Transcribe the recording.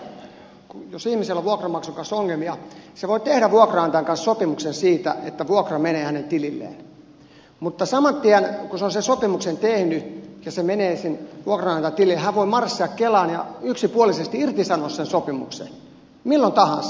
elikkä ongelmahan on se että jos ihmisellä on vuokranmaksun kanssa ongelmia hän voi tehdä vuokranantajan kanssa sopimuksen siitä että vuokra menee hänen tililleen mutta saman tien kun hän on sen sopimuksen tehnyt ja vuokra menee sinne vuokranantajan tilille hän voi marssia kelaan ja yksipuolisesti irtisanoa sen sopimuksen milloin tahansa